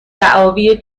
دعاوی